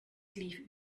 lief